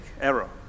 error